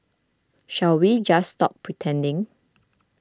shall we just stop pretending